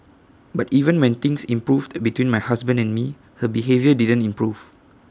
but even when things improved between my husband and me her behaviour didn't improve